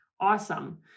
awesome